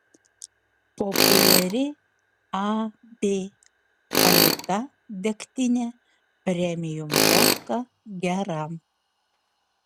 populiari ab alita degtinė premium vodka gera